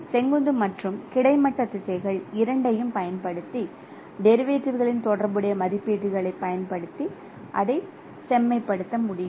செங்குத்து மற்றும் கிடைமட்ட திசைகள் இரண்டையும் பயன்படுத்தி டெரிவேடிவ்களின் தொடர்புடைய மதிப்பீடுகளைப் பயன்படுத்தி அதைச் செம்மைப்படுத்தவும்